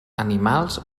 animals